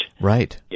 Right